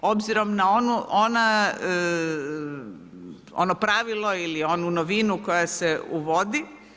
Obzirom na ono pravilo ili onu novinu koja se uvodi.